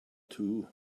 too